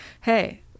hey